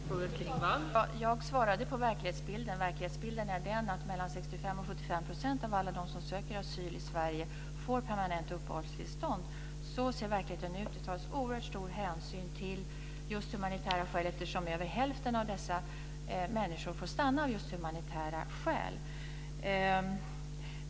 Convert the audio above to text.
Fru talman! Jag svarade på frågan om verklighetsbilden. Verklighetsbilden är den att 65-75 % av alla dem som söker asyl i Sverige får permanent uppehållstillstånd. Så ser verkligheten ut. Det tas oerhört stor hänsyn till just humanitära skäl eftersom över hälften av dessa människor får stanna av just humanitära skäl.